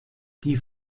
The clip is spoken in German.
die